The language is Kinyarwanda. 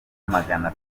magana